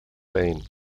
léinn